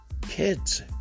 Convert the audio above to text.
kids